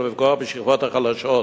ולפגוע בשכבות החלשות,